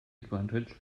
advantage